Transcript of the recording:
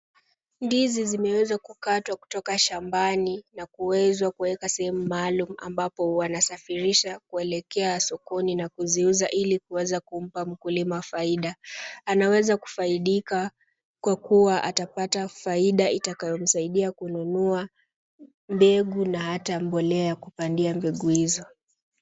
Ndizi zimeweza kukatwa kutoka shambani, na kuwezwa kuweka sehemu maalum ambapo wanasafirisha kuelekea sokoni na kuziuza ili kuweza kumpa mkulima faida. Anaweza kufaidika kwa kuwa atapata faida itakayo msaidia kununua mbegu na hata mbolea ya kupandia mbegu hizo.